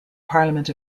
parliament